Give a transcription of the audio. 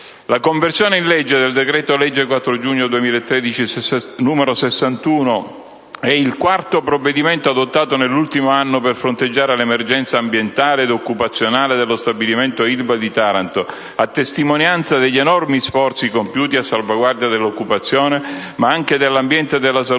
La conversione in legge del decreto-legge 4 giugno 2013, n. 61, è il quarto provvedimento, adottato nell' ultimo anno per fronteggiare l'emergenza ambientale ed occupazionale dello stabilimento Ilva di Taranto a testimonianza degli enormi sforzi compiuti a salvaguardia dell'occupazione, ma anche dell'ambiente e della salute